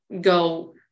go